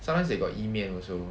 sometimes they got 伊麵 and also